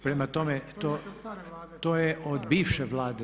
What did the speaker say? Prema tome, to je od bivše Vlade.